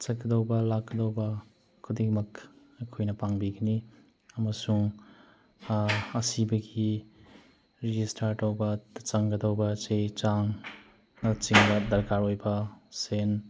ꯆꯠꯀꯗꯧꯕ ꯂꯥꯛꯀꯗꯧꯕ ꯈꯨꯗꯤꯡꯃꯛ ꯑꯩꯈꯣꯏꯅ ꯄꯥꯡꯕꯤꯒꯅꯤ ꯑꯃꯁꯨꯡ ꯑꯁꯤꯕꯒꯤ ꯔꯦꯖꯤꯁꯇꯔ ꯇꯧꯕꯗ ꯆꯪꯒꯗꯧꯕ ꯆꯦ ꯆꯥꯡꯅꯆꯤꯡꯕ ꯗꯔꯀꯥꯔ ꯑꯣꯏꯕ ꯁꯦꯟ